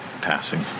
passing